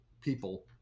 people